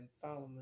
Solomon